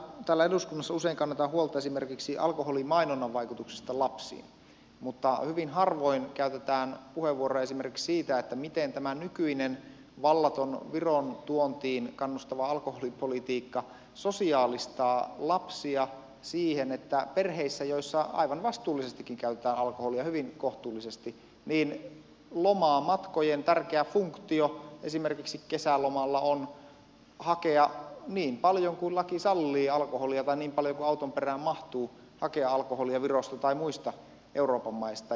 täällä eduskunnassa usein kannetaan huolta esimerkiksi alkoholimainonnan vaikutuksesta lapsiin mutta hyvin harvoin käytetään puheenvuoroja esimerkiksi siitä miten tämä nykyinen vallaton viron tuontiin kannustava alkoholipolitiikka sosiaalistaa lapsia siihen että perheissä joissa aivan vastuullisestikin käytetään alkoholia hyvin kohtuullisesti niin lomamatkojen tärkeä funktio esimerkiksi kesälomalla on hakea alkoholia virosta tai muista euroopan maista niin paljon kuin laki sallii tai niin paljon kuin auton perään mahtuu väkeä alkoholia virosta tai muista euroopan maista